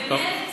ממילא